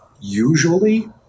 usually